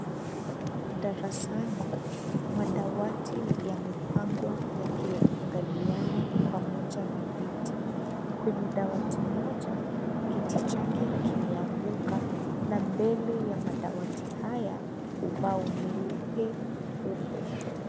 Darasani, madawati yamepangwa yakiangaliana na viti. Kwenye dawati moja, kiti chake kimeanguka na mbele ya madawati haya ubao mweupe upo.